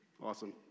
Awesome